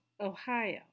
Ohio